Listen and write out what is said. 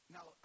Now